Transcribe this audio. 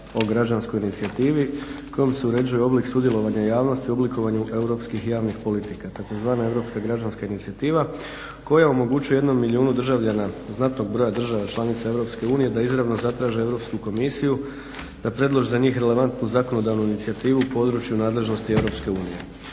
o građanskoj inicijativi kojom se uređuje oblik sudjelovanja javnosti u oblikovanju europskih javnih politika tzv. Europska građanska inicijativa koja omogućuje jednom milijunu državljana znatnog broja država članica EU da izravno zatraže Europsku komisiju, da predlože za njih relevantnu zakonodavnu inicijativu u području nadležnosti EU.